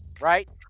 right